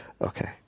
Okay